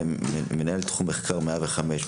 מנהל תחום מחקר 105,